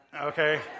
Okay